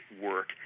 work